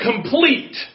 complete